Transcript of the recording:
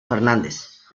fernández